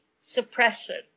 suppression